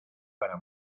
para